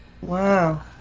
Wow